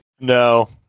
No